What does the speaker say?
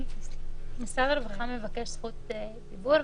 משרד הרווחה מבקש זכות דיבור,